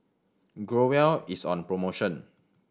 Growell is on promotion